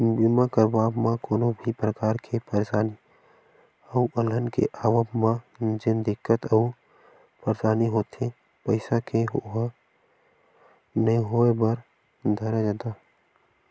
बीमा करवाब म कोनो भी परकार के परसानी अउ अलहन के आवब म जेन दिक्कत अउ परसानी होथे पइसा के ओहा नइ होय बर धरय जादा